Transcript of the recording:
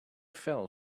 fell